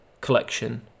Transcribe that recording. collection